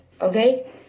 okay